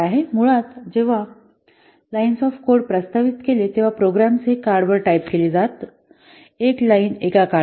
मुळात जेव्हा lines of code प्रस्तावित केले तेव्हा प्रोग्रॅम्स हे कार्ड वर टाईप केले जात एक लाईन एका कार्डवर